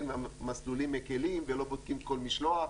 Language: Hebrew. מסלולים מקלים ולא בודקים כל משלוח,